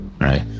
right